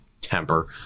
temper